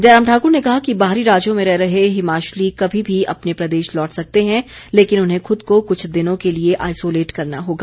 जयराम ठाकुर ने कहा कि बाहरी राज्यों में रह रहे हिमाचली कभी भी अपने प्रदेश लौट सकते हैं लेकिन उन्हें खुद को कुछ दिनों के लिए आईसोलेट करना होगा